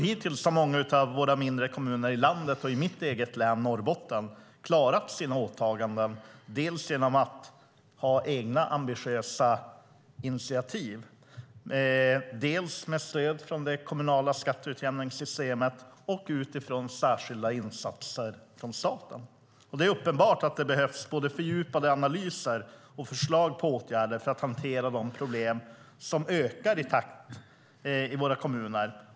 Hittills har många av våra mindre kommuner i landet och i mitt eget län, Norrbotten, klarat sina åtaganden dels genom att ta egna ambitiösa initiativ, dels genom stöd från det kommunala skatteutjämningssystemet och särskilda insatser från staten. Det är uppenbart att det behövs både fördjupade analyser och förslag på åtgärder för att hantera de problem som ökar i våra kommuner.